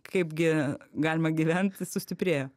kaip gi galima gyvent sustiprėjo